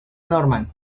norman